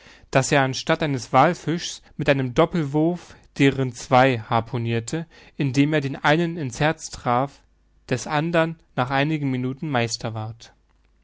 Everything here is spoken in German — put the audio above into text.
daß er anstatt eines wallfischs mit einem doppelwurf deren zwei harpunierte indem er den einen in's herz traf des andern nach einigen minuten meister ward